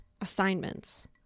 assignments